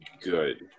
good